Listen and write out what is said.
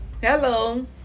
Hello